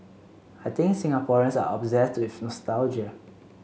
I think Singaporeans are obsessed with nostalgia